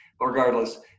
regardless